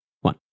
one